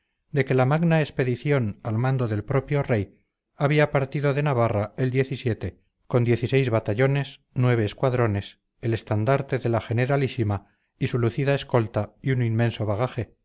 de que la magna expedición al mando del propio rey había partido de navarra el con diez y seis batallones nueve escuadrones el estandarte de la generalísima y su lucida escolta y un inmenso bagaje